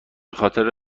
خاطر